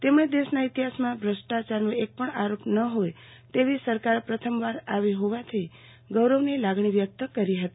તેમણે દેશના ઇતિહાસમાં ભ્રષ્ટાચારનો એક પણ આરોપ ન હોય તેવી સરકાર પ્રથમવાર આવી હોવાથી ગૌરવની લાગણી વ્યક્ત કરી હતી